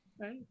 Right